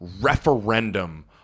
referendum